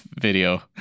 video